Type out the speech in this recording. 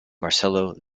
marcello